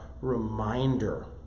reminder